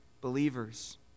believers